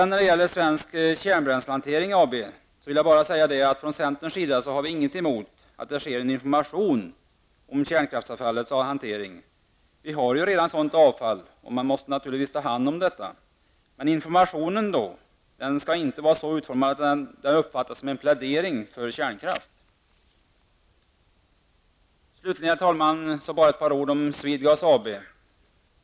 När det gäller Svensk Kärnbränslehantering AB vill jag bara säga att vi från centerns sida inte har något emot att det sker en information om kärnkraftsavfallets hantering. Vi har ju redan sådan avfall, och man måste naturligtvis ta hand om detta. Informationen skall dock inte vara så utformad att den uppfattas som en plädering för kärnkraft. Slutligen, herr talman, vill jag bara säga ett par ord om Swedegas AB.